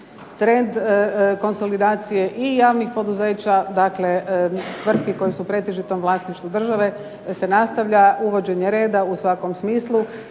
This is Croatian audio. Trend konsolidacije i javnih poduzeća, dakle tvrtki koje su u pretežitom vlasništvu države se nastavlja, uvođenje reda u svakom smislu.